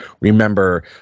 remember